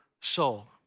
soul